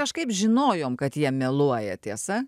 kažkaip žinojom kad jie meluoja tiesa